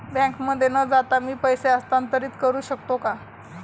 बँकेमध्ये न जाता मी पैसे हस्तांतरित करू शकतो का?